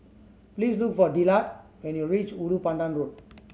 please look for Dillard when you reach Ulu Pandan Road